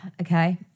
okay